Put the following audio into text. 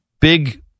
big